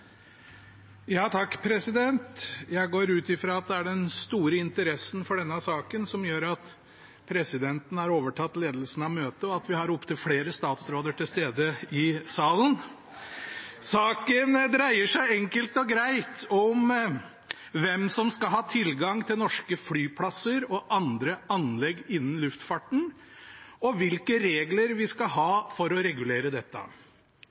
den store interessen for denne saken som gjør at stortingspresidenten har overtatt ledelsen av møtet, og at vi har opptil flere statsråder til stede i salen! Saken dreier seg enkelt og greit om hvem som skal ha tilgang til norske flyplasser og andre anlegg innen luftfarten, og hvilke regler vi skal ha for å regulere dette.